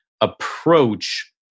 approach